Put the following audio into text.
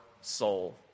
soul